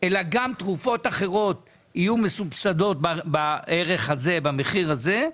אלא גם תרופות אחרות יהיו מסובסדות בערך הזה במחיר הזה,